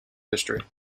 history